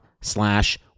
slash